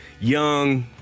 Young